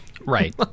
Right